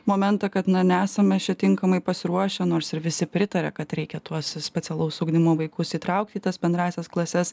momentą kad na nesame čia tinkamai pasiruošę nors ir visi pritaria kad reikia tuos specialaus ugdymo vaikus įtraukti į tas bendrąsias klases